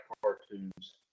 cartoons